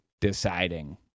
deciding